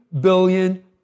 billion